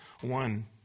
one